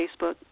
Facebook